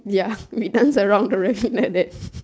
ya we dance around the rabbit like that